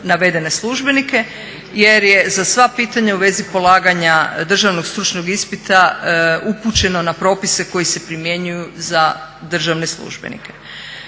jer je za sva pitanja u vezi polaganja državnog stručnog ispita upućeno na propise koji se primjenjuju za državne službenike.